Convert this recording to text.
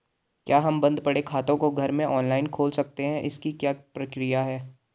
क्या हम बन्द पड़े खाते को घर में ऑनलाइन खोल सकते हैं इसकी क्या प्रक्रिया है?